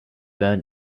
burned